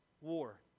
war